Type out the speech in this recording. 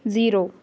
zero